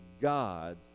gods